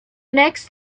next